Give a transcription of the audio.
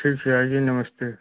ठीक है आइए नमस्ते